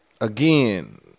again